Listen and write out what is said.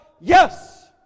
yes